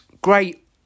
Great